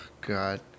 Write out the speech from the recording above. God